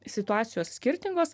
situacijos skirtingos